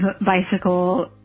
bicycle